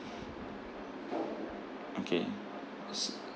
okay